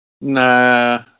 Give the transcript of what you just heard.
Nah